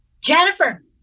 Jennifer